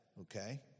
Okay